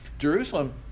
Jerusalem